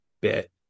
bit